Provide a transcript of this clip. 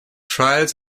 trials